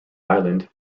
island